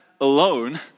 alone